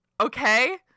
Okay